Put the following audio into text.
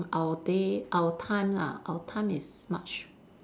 our day our time lah our time is much